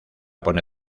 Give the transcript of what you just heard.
pone